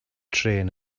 trên